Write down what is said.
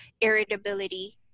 Irritability